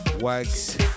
Wags